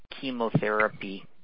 chemotherapy